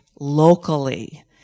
locally